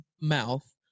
mouth